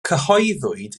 cyhoeddwyd